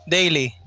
Daily